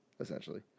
essentially